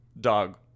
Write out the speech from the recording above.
dog